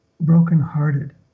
Brokenhearted